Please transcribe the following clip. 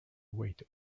weight